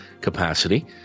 capacity